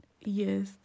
Yes